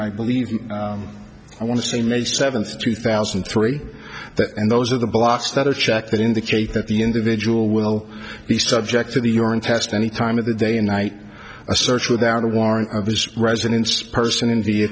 i believe i want to say may seventh two thousand and three and those are the blocks that are checked that indicate that the individual will be subject to the urine test any time of the day and night a search without a warrant of his residence person in the